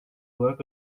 olarak